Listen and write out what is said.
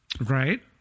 Right